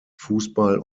fußball